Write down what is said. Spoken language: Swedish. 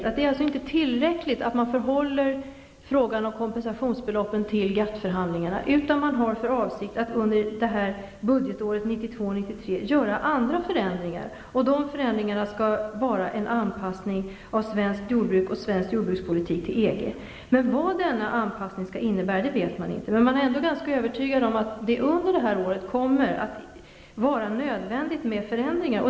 Det är alltså inte tillräckligt att frågan om kompensationsbeloppet får anstå till dess GATT-förhandlingarna är avslutade, utan man har för avsikt att under budgetåret 1992/93 göra andra förändringar, som innebär en anpassning av svenskt jordbruk och svensk jordbrukspolitik till EG. Vad denna anpassning skall innebära vet man inte, men man är ändå övertygad om att det under detta år kommer att vara nödvändigt med förändringar.